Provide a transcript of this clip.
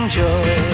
joy